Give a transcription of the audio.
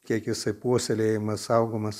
kiek jisai puoselėjimas saugomas